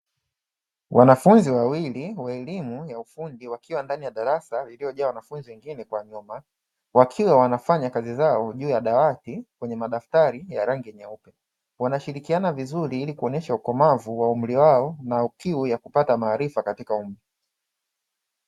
Wanafunzi wawili wa elimu ya ufundi wakiwa ndani ya darasa lililojaa wanafunzi wengine kwa nyuma. Wakiwa wanafanya kazi zao juu ya dawati kwenye madaftari ya rangi nyeupe. Wanashirikiana vizuri ili kuonyesha ukomavu wa umri wao, na kiu ya kupata maarifa katika umri.